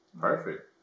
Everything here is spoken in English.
perfect